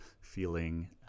feeling